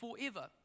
forever